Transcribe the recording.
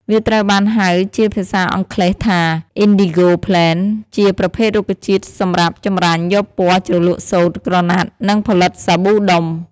វាត្រូវបានហៅជាភាសាអង់គ្លេសថា indigo plant ជាប្រភេទរុក្ខជាតិសម្រាប់ចម្រាញ់យកពណ៌ជ្រលក់សូត្រ ក្រណាត់ និងផលិតសាប៊ូដុំ។